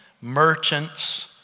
merchants